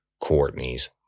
Courtney's